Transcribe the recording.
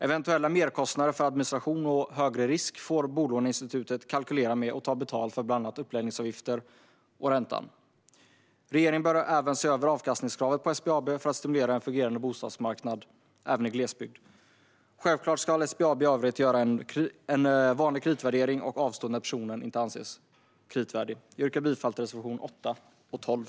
Eventuella merkostnader för administration och högre risk får bolåneinstitutet kalkylera med och ta betalt för genom bland annat uppläggningsavgifter och räntan. Regeringen bör se över avkastningskravet på SBAB för att stimulera en fungerande bostadsmarknad även i glesbygd. Självklart ska SBAB i övrigt göra en vanlig kreditvärdering och avstå när personen inte anses kreditvärdig. Jag yrkar bifall till reservationerna 8 och 12.